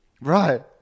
Right